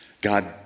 God